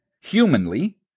humanly